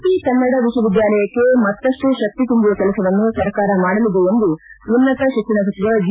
ಪಂಪಿ ಕನ್ನಡ ವಿಶ್ವವಿದ್ಯಾಲಯಕ್ಕೆ ಮತ್ತಷ್ಟು ಶಕ್ತಿ ತುಂಬುವ ಕೆಲಸವನ್ನು ಸರ್ಕಾರ ಮಾಡಲಿದೆ ಎಂದು ಉನ್ನತ ಶಿಕ್ಷಣ ಸಚಿವ ಜಿ